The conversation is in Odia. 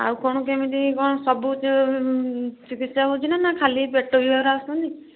ଆଉ କ'ଣ କେମିତି କ'ଣ ସବୁ ଚିକିତ୍ସା ହେଉଛିନା ଖାଲି ଏ ପେଟ ବିଭାଗର ଆସୁଛନ୍ତି